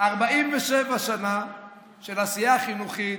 47 שנה של עשייה חינוכית,